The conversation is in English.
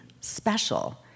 special